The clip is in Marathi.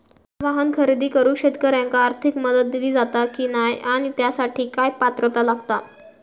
वाहन खरेदी करूक शेतकऱ्यांका आर्थिक मदत दिली जाता की नाय आणि त्यासाठी काय पात्रता लागता?